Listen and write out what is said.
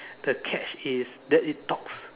the catch is that it talks